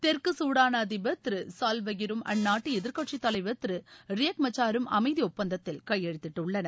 தெற்கு சூடான் அதிபர் திரு சால்வாகிரும் அந்நாட்டு எதிர்க்கட்சித் தலைவர் திரு ரியக்மச்சாரும் அமைதி ஒப்பந்தத்தில் கையெழுத்திட்டுள்ளனர்